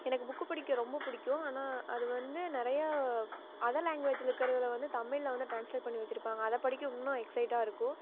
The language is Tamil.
எனக்கு புக் படிக்க ரொம்ப பிடிக்கும் ஆனால் அது வந்து நிறையா அதர் லாங்வேஜில் இருக்கிறத வந்து தமிழில் வந்து டிரான்ஸ்லேட் பண்ணி வைச்சிருப்பாங்க அதை படிக்க இன்னும் எக்ஸைட்டாக இருக்கும்